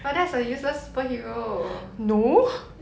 but that's a useless superhero